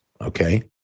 Okay